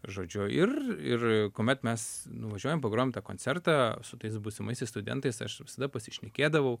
žodžiu ir ir kuomet mes nuvažiuojam pagrojam tą koncertą su tais būsimaisiais studentais aš visada pasišnekėdavau